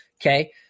Okay